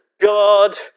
God